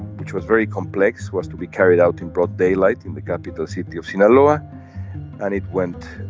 which was very complex was to be carried out in broad daylight in the capital city of sinaloa and it went